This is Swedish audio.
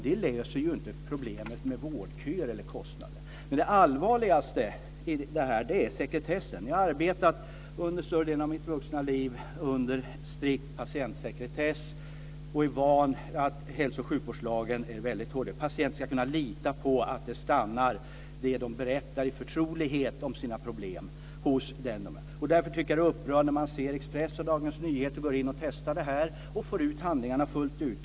Det löser dock inte problemet med vårdköerna eller kostnaderna. Men det allvarligaste i det här är sekretessen. Jag har arbetat under strikt patientsekretess under större delen av mitt vuxna liv och är van vid att hälso och sjukvårdslagen är väldigt hård. Patienterna ska kunna lita på att det de berättar om sina problem i förtrolighet stannar hos den de går till. Därför tycker jag att det är upprörande när man ser att Expressen och Dagens Nyheter går in och testar det här och får ut dessa handlingar fullt ut.